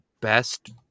best